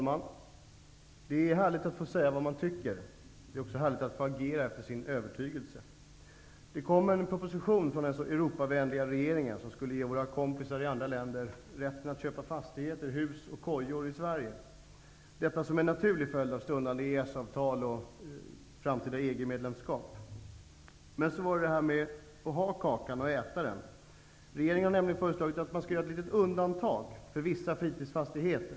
Fru talman! Det är härligt att få säga vad man tycker. Det är också härligt att få agera efter sin övertygelse. Det kom en proposition från den så Europavänliga regeringen, som skulle ge våra kompisar i andra länder rätt att köpa fastigheter, hus och kojor i Sverige, som en naturlig följd av stundande EES avtal och framtida EG-medlemskap. Men så var det detta med att både äta kakan och ha den kvar. Regeringen har föreslagit att man skall göra ett litet undantag, för vissa fritidsfastigheter.